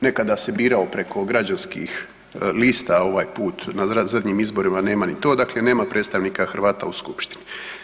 Nekada se birao preko građanskih lista, ovaj put na zadnjim izborima nema ni to, dakle nema predstavnika Hrvata u skupštini.